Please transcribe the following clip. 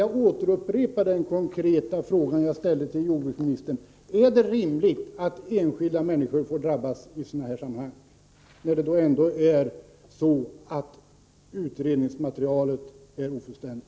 Jag vill återupprepa den konkreta fråga jag ställde till jordbruksministern: Är det rimligt att enskilda människor skall drabbas i sådana här sammanhang, när frågorna inte kan klarläggas på grund av att utredningsmaterialet är ofullständigt?